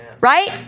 Right